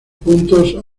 puntos